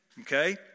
okay